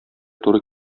туры